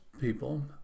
people